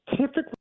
typically